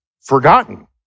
Forgotten